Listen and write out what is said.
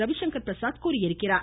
ரவிசங்கர் பிரசாத் தெரிவித்துள்ளார்